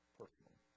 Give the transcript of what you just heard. personally